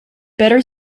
better